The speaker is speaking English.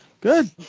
Good